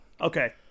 Okay